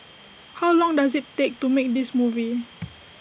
how long did IT take to make this movie